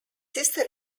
sister